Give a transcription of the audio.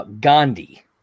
Gandhi